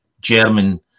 German